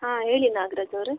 ಹಾಂ ಹೇಳಿ ನಾಗರಾಜ್ ಅವರೇ